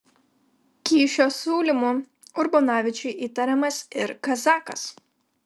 kyšio siūlymu urbonavičiui įtariamas ir kazakas